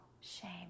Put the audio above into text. shame